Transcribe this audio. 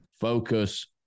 focus